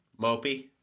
mopey